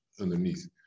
underneath